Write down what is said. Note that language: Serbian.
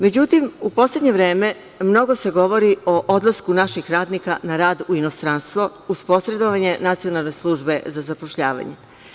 Međutim u poslednje vreme mnogo se govori o odlasku naših radnika na rad u inostranstvo uz posredovanje Nacionalne službe za zapošljavanje.